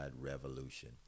revolution